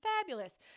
fabulous